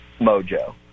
mojo